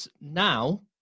now